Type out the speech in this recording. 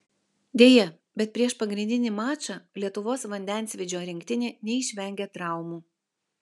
deja bet prieš pagrindinį mačą lietuvos vandensvydžio rinktinė neišvengė traumų